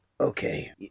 okay